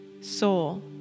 soul